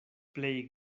plej